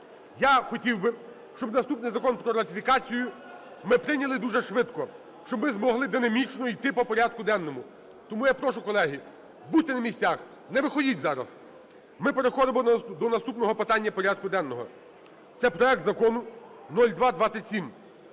Я хотів би, щоб наступний закон про ратифікацію ми прийняли дуже швидко, щоб ми змогли динамічно йти по порядку денному. Тому я прошу, колеги, будьте на місцях, не виходіть зараз. Ми переходимо до наступного питання порядку денного. Це проект Закону (0227)